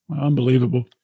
Unbelievable